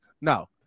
No